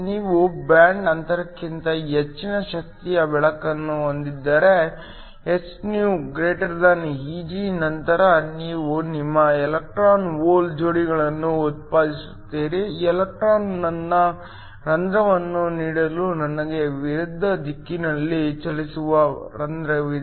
ನೀವು ಬ್ಯಾಂಡ್ ಅಂತರಕ್ಕಿಂತ ಹೆಚ್ಚಿನ ಶಕ್ತಿಯ ಬೆಳಕನ್ನು ಹೊಂದಿದ್ದರೆ hυEg ನಂತರ ನೀವು ನಿಮ್ಮ ಎಲೆಕ್ಟ್ರಾನ್ ಹೋಲ್ ಜೋಡಿಗಳನ್ನು ಉತ್ಪಾದಿಸುತ್ತೀರಿ ಎಲೆಕ್ಟ್ರಾನ್ ನನ್ನ ರಂಧ್ರವನ್ನು ನೀಡಲು ನನಗೆ ವಿರುದ್ಧ ದಿಕ್ಕಿನಲ್ಲಿ ಚಲಿಸುವ ರಂಧ್ರವಿದೆ